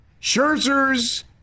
Scherzer's